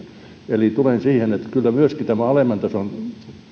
eli tulen siihen että kyllä myöskin alemman tason